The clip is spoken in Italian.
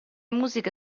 musiche